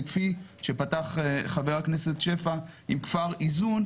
וכפי שפתח חבר הכנסת שפע עם כפר איזון,